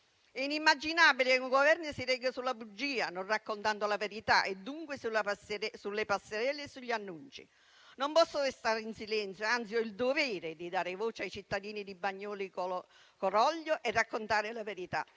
È inimmaginabile che un Governo si regga sulla bugia, non raccontando la verità e dunque sulle passerelle e sugli annunci. Non posso restare in silenzio e, anzi, ho il dovere di dare voce ai cittadini di Bagnoli e di Coroglio e raccontare la verità.